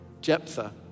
Jephthah